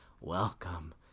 Welcome